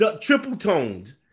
triple-toned